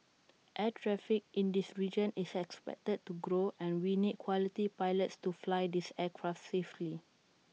air traffic in this region is expected to grow and we need quality pilots to fly these aircraft safely